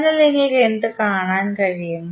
അതിനാൽ നിങ്ങൾക്ക് എന്ത് കാണാൻ കഴിയും